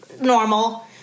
normal